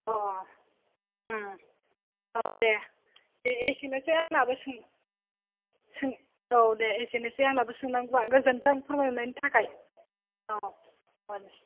अ अ दे एसेनोसै आंनाबो सोंनाय सों औ दे एसेनोसै आंनाबो सोंनांगौआ गोजोन्थों फोरमायनायनि थाखाय अ दे